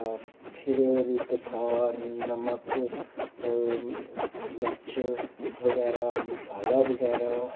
फिर बसार नमक मर्च बगैरा मसाला बगैरा